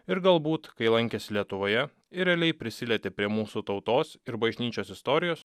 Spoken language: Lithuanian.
ir galbūt kai lankėsi lietuvoje ir realiai prisilietė prie mūsų tautos ir bažnyčios istorijos